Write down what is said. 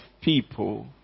people